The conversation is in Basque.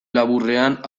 laburrean